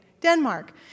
Denmark